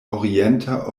orienta